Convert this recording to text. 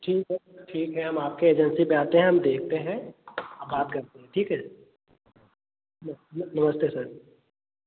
ठीक है ठीक है हम आपके एजेन्सी पर आते हैं हम देखते हैं बात करते हैं ठीक है नमस्ते सर